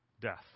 Death